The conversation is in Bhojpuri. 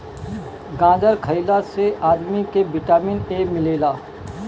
गाजर खइला से आदमी के विटामिन ए मिलेला